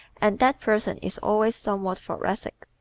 and that person is always somewhat thoracic.